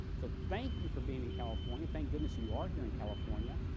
so thank you for being in california. thank goodness you are here in california.